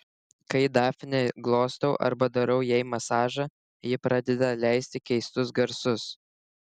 kai dafnę glostau arba darau jai masažą ji pradeda leisti keistus garsus